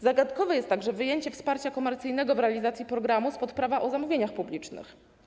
Zagadkowe jest także wyjęcie wsparcia komercyjnego w realizacji programu spod Prawa zamówień publicznych.